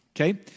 Okay